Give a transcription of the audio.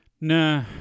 Nah